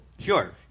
Sure